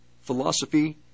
philosophy